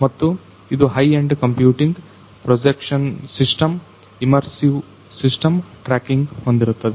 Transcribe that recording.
ಮತ್ತು ಇದು high end computing projection system immersive system tracking ಹೊಂದಿರುತ್ತದೆ